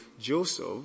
Joseph